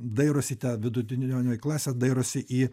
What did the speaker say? dairosi ta vidutinioji klasė dairosi į